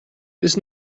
this